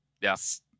yes